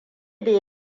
bai